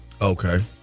Okay